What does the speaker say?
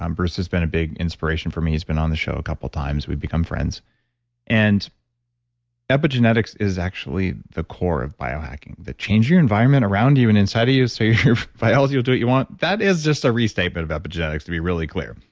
um bruce has been a big inspiration for me. he's been on the show a couple of times, we've become friends and epigenetics is actually the core of biohacking, the changing environment around you and inside of you so your biology will do what you want. that is just a restatement of epigenetics, to be really clear.